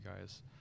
guys